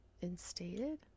Instated